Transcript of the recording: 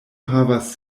havas